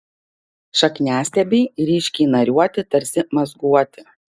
šakniastiebiai ryškiai nariuoti tarsi mazguoti